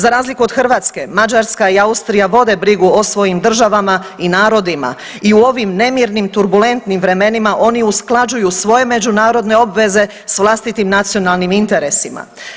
Za razliku od Hrvatske Mađarska i Austrija vode brigu o svojim državama i narodima i u ovim nemirnim turbulentnim vremenima oni usklađuju svoje međunarodne obveze s vlastitim nacionalnim interesima.